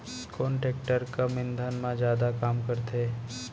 कोन टेकटर कम ईंधन मा जादा काम करथे?